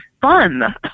fun